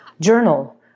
journal